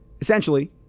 Essentially